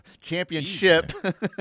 championship